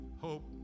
hope